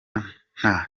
nta